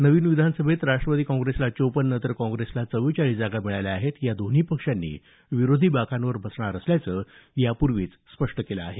नवीन विधानसभेत राष्ट्रवादी काँग्रेसला चोपन्न तर काँग्रेसला चव्वेचाळीस जागा मिळाल्या आहेत या दोन्ही पक्षांनी विरोधी बाकांवर बसणार असल्याचं यापूर्वीच स्पष्ट केल आहे